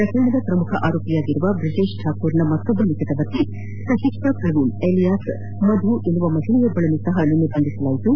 ಪ್ರಕರಣದ ಪ್ರಮುಖ ಆರೋಪಿಯಾಗಿರುವ ಬ್ರಜೇಶ್ ಠಾಕೂರ್ನ ಮತ್ತೊಬ್ಲ ನಿಕಟವರ್ತಿ ಸಹಿಷ್ಣಾ ಪ್ರವೀಣ್ ಅಲಿಯಾಸ್ ಮಧು ಎನ್ನುವ ಮಹಿಳೆಯನ್ನು ಸಹ ನಿನ್ನೆ ಬಂಧಿಸಲಾಗಿದ್ದು